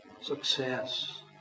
success